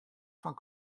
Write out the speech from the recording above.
fan